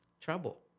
trouble